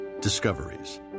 discoveries